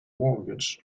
mortgage